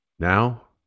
now